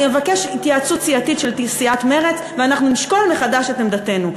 אני אבקש התייעצות סיעתית של מרצ ואנחנו נשקול מחדש את עמדתנו.